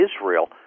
Israel